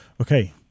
Okay